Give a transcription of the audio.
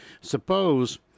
Suppose